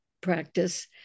practice